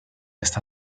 esta